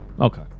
Okay